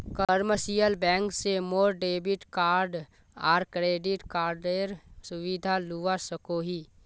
commercial bank से मोर debit card आर क्रेडिट कार्डेर सुविधा लुआ सकोही